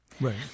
Right